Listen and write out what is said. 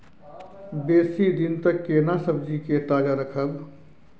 बेसी दिन तक केना सब्जी के ताजा रखब?